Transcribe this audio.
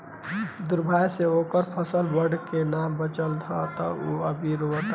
दुर्भाग्य से ओकर फसल बाढ़ में ना बाचल ह त उ अभी रोओता